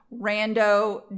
rando